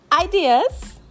ideas